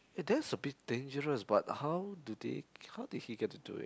eh that's a bit dangerous but how do they how did he get to do it